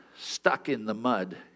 stuck-in-the-mud